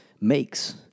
makes